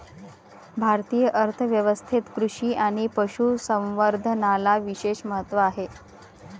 भारतीय अर्थ व्यवस्थेत कृषी आणि पशु संवर्धनाला विशेष महत्त्व आहे